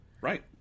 Right